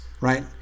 right